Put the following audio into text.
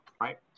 right